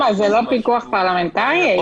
למה, זה לא פיקוח פרלמנטרי, איל?